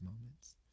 moments